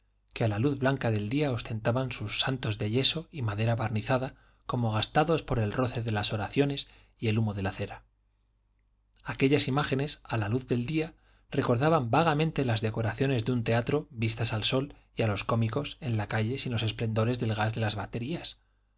que a la luz blanca del día ostentaban sus santos de yeso y madera barnizada como gastados por el roce de las oraciones y el humo de la cera aquellas imágenes a la luz del día recordaban vagamente las decoraciones de un teatro vistas al sol y a los cómicos en la calle sin los esplendores del gas de las baterías